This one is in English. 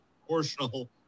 proportional